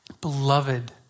Beloved